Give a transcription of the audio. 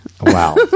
Wow